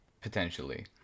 potentially